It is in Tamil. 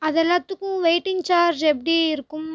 அது எல்லாத்துக்கும் வெயிட்டிங் சார்ஜ் எப்படி இருக்கும்